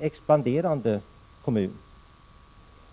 expanderande kommun.